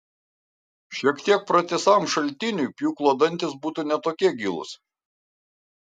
šiek tiek pratisam šaltiniui pjūklo dantys būtų ne tokie gilūs